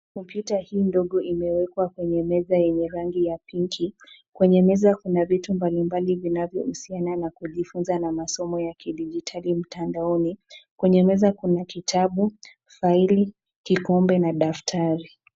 Kompyuta hii ndogo imewekwa kwenye meza yenye rangi ya pinki. Kwenye meza kuna vitu mbalimbali vinavyohusiana na kujifunza na masomo ya kidijitali mtandaoni. Kwenye meza kuna kitabu, faili, kikombe na daftari.